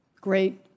Great